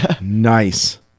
Nice